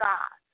God